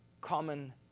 common